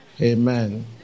Amen